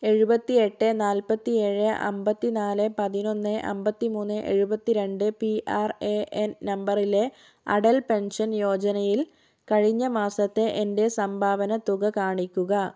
എഴുപത്തിയെട്ട് നാല്പത്തിയേഴ് അമ്പത്തി നാല് പതിനൊന്ന് അമ്പത്തി മൂന്ന് എഴുപത്തി രണ്ട് പി ആർ എ എൻ നമ്പറിലെ അടൽ പെൻഷൻ യോജനയിൽ കഴിഞ്ഞമാസത്തെ എൻ്റെ സംഭാവനത്തുക കാണിക്കുക